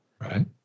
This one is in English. Right